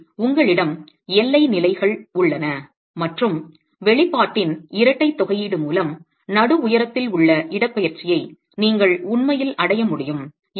எனவே உங்களிடம் எல்லை நிலைகள் உள்ளன மற்றும் வெளிப்பாட்டின் இரட்டை தொகையீடு மூலம் நடு உயரத்தில் உள்ள இடப்பெயர்ச்சியை நீங்கள் உண்மையில் அடைய முடியும்